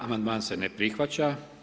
Amandman se ne prihvaća.